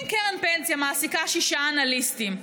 אם קרן פנסיה מעסיקה שישה אנליסטים,